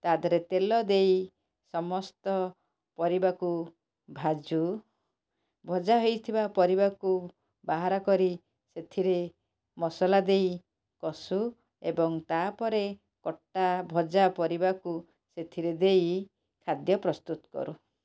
ତା ଦିହରେ ତେଲ ଦେଇ ସମସ୍ତ ପରିବାକୁ ଭାଜୁ ଭଜା ହେଇଥିବା ପରିବାକୁ ବାହାର କରି ସେଥିରେ ମସଲା ଦେଇ କଷୁ ଏବଂ ତା'ପରେ କଟା ଭଜା ପାରିବାକୁ ସେଥିରେ ଦେଇ ଖାଦ୍ୟ ପ୍ରସ୍ତୁତ କରୁ